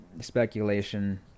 speculation